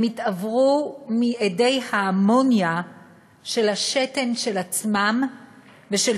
הם התעוורו מאדי האמוניה של השתן של עצמם ושל